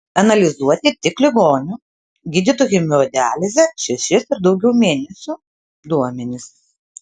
analizuoti tik ligonių gydytų hemodialize šešis ir daugiau mėnesių duomenys